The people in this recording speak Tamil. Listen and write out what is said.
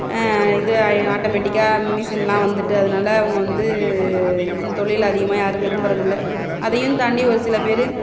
இது ஆட்டோமேட்டிக்காக மிஷின்லாம் வந்துட்டு அதனால அவங்க வந்து இந்த தொழில் அதிகமாக யாரும் விரும்பறதில்லை அதையும் தாண்டி ஒரு சில பேர்